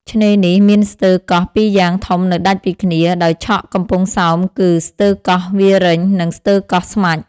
ឆ្នេរនេះ មានស្ទើរកោះពីរយ៉ាងធំនៅដាច់ពីគ្នា ដោយឆកកំពង់សោមគឺ ស្ទើរកោះវាលរេញ និងស្ទើរកោះស្មាច់ ។